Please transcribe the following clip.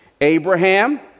Abraham